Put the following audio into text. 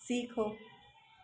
सीखो